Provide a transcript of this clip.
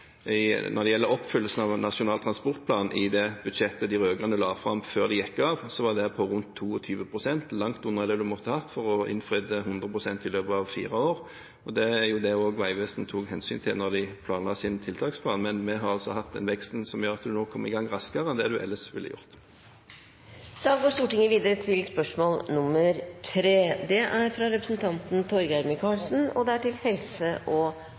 når det gjelder oppfyllelsen av Nasjonal transportplan i det budsjettet de rød-grønne la fram før de gikk av, så var den på rundt 22 pst. – langt under det man måtte hatt for å få innfridd 100 pst. i løpet av fire år. Det var også det Vegvesenet tok hensyn til da de laget sin tiltaksplan. Men vi har altså hatt en vekst som gjør at en nå kan komme i gang raskere enn en ellers ville gjort. Jeg tillater meg å stille følgende spørsmål